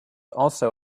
also